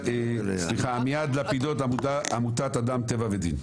סליחה, עמיעד לפידות, עמותת אדם טבע ודין.